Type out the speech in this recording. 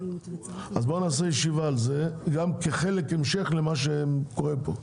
בריאות --- אז בואי נעשה על זה ישיבה גם כחלק המשך למה שקורה פה.